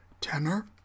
tenor